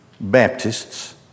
Baptists